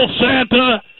santa